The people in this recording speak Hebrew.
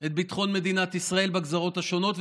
את ביטחון מדינת ישראל בגזרות השונות,